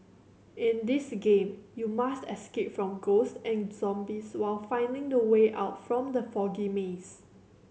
in this game you must escape from ghost and zombies while finding the way out from the foggy maze